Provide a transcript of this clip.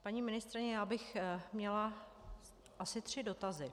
Paní ministryně, já bych měla asi tři dotazy.